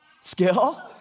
skill